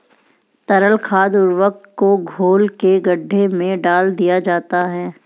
तरल खाद उर्वरक को घोल के गड्ढे में डाल दिया जाता है